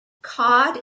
cod